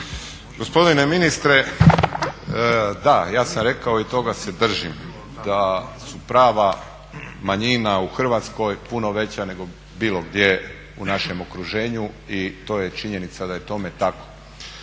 Gospodine ministre da, ja sam rekao i toga se držim da su prava manjina u Hrvatsko puno veća nego bilo gdje u našem okruženju i to je činjenica da je tome tako.